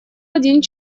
один